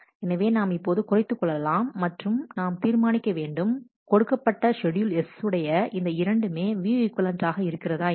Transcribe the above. எனவே நாம் இப்போது குறைத்துக் கொள்ளலாம் மற்றும் நாம் தீர்மானிக்க வேண்டும் கொடுக்கப்பட்ட ஷெட்யூல் S உடைய இந்த இரண்டுமே வியூ ஈக்விவலெண்ட் ஆக இருக்கிறதா என்று